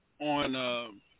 on